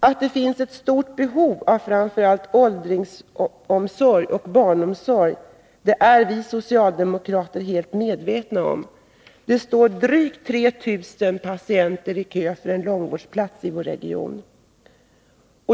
Att det finns ett stort behov av framför allt åldringsomsorg och barnomsorg är vi socialdemokrater helt medvetna om. Det står drygt 3 000 patienter i kö för en långvårdsplats i vår region.